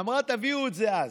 אמרה: תביאו את זה אז.